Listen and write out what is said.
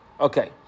Okay